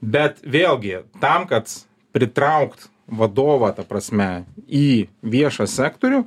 bet vėlgi tam kad pritraukt vadovą ta prasme į viešą sektorių